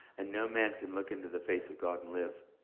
and no man can look into the face of god and live.